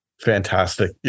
Fantastic